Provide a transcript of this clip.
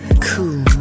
cool